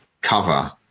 cover